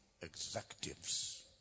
executives